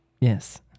Yes